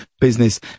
business